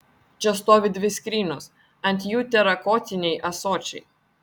čia stovi dvi skrynios ant jų terakotiniai ąsočiai